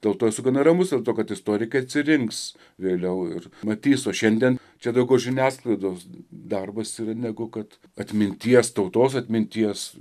dėl to esu gana ramus dėl to kad istorikai atsirinks vėliau ir matys o šiandien čia daugiau žiniasklaidos darbas yra negu kad atminties tautos atminties